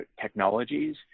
technologies